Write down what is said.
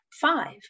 five